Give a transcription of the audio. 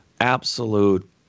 absolute